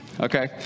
Okay